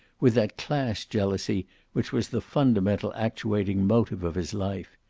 with that class-jealousy which was the fundamental actuating motive of his life.